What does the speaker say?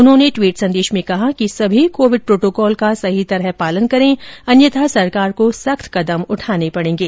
उन्होंने टवीट संदेश में कहा कि सभी कोविड प्रोटोकाल का सही तरह पालन करें अन्यथा सरकार को सख्त कदम उठाने पड़ेंगे